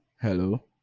hello